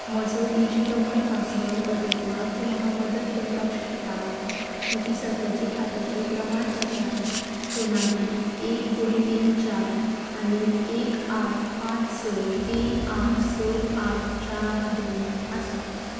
म्हजो डिजिलॉकर पासवर्ड बदलपाक तूं म्हाका मदत करपाक शकता म्हजी सद्याची खात्याची प्रमाणपत्रां सोनाली एक दोन तीन चार आनी एक आठ पांच स तीन आठ स आठ चार दोन आसात